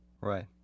Right